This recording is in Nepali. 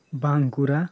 बाँकुरा